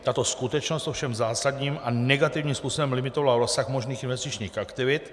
Tato skutečnost ovšem zásadním a negativním způsobem limitovala rozsah možných investičních aktivit.